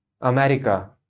America